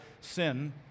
sin